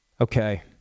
Okay